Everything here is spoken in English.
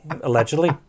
allegedly